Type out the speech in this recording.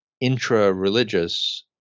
intra-religious